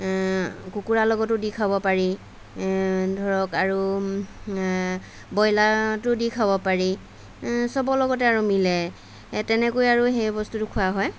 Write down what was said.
কুকুৰাৰ লগতো দি খাব পাৰি ধৰক আৰু ব্ৰইলাৰতো দি খাব পাৰি সবৰ লগতে আৰু মিলে তেনেকৈ আৰু সেই বস্তুটো খোৱা হয়